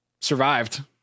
survived